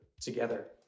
together